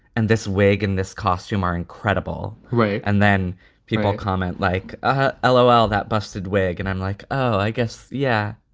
and this wig and this costume are incredible. right. and then people comment like ah ah l'etoile, that busted wig. and i'm like, oh, i guess. yeah,